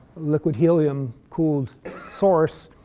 liquid helium-cooled source,